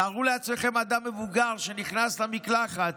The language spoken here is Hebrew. תארו לעצמכם אדם מבוגר שנכנס למקלחת